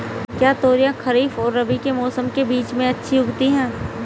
क्या तोरियां खरीफ और रबी के मौसम के बीच में अच्छी उगती हैं?